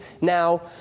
now